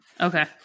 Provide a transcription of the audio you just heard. Okay